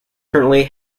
currently